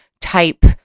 type